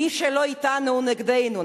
מי שלא אתנו, נגדנו.